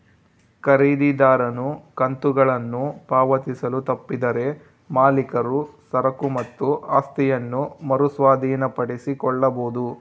ಖರೀದಿದಾರನು ಕಂತುಗಳನ್ನು ಪಾವತಿಸಲು ತಪ್ಪಿದರೆ ಮಾಲೀಕರು ಸರಕು ಮತ್ತು ಆಸ್ತಿಯನ್ನ ಮರು ಸ್ವಾಧೀನಪಡಿಸಿಕೊಳ್ಳಬೊದು